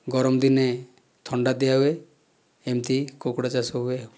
ଗରମ ଦିନେ ଥଣ୍ଡା ଦିଆ ହୁଏ ଏମିତି କୁକୁଡ଼ା ଚାଷ ହୁଏ